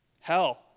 hell